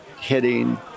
hitting